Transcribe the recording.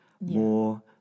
more